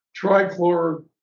trichlor